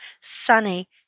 sunny